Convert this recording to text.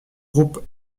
groupe